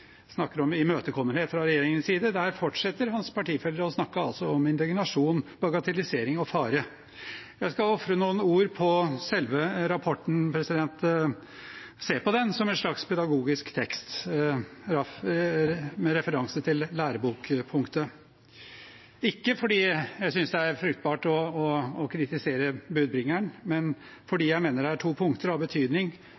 imøtekommenhet fra regjeringens side, fortsetter hans partifeller å snakke om indignasjon, bagatellisering og fare. Jeg skal ofre noen ord på selve rapporten og se på den som en slags pedagogisk tekst, med referanse til lærebokpunktet. Det er ikke fordi jeg synes det er fruktbart å kritisere budbringeren, men